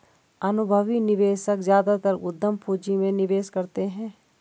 अनुभवी निवेशक ज्यादातर उद्यम पूंजी में निवेश करते हैं